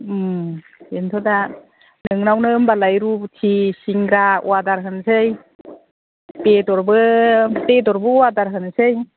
बेनोथ' दा नोंनावनो होमबालाय रुथि सिंग्रा अर्दार होनोसै बेदरबो अर्दार होनोसै